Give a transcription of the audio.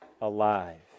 alive